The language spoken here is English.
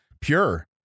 pure